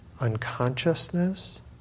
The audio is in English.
unconsciousness